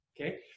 Okay